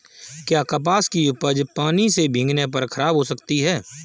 क्या कपास की उपज पानी से भीगने पर खराब हो सकती है?